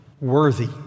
worthy